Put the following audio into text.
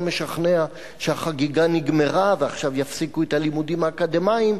משכנע שהחגיגה נגמרה ועכשיו יפסיקו את הלימודים האקדמיים,